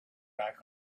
back